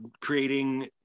creating